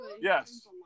Yes